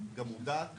גם מודעת